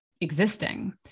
existing